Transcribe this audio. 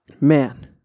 Man